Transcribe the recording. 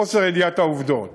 העובדות